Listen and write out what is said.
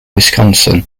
wisconsin